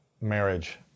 marriage